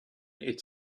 its